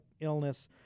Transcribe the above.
illness